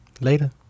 later